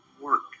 work